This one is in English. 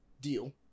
deal